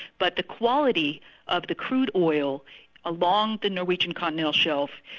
but the quality of the crude oil along the norwegian continental shelf,